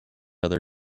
other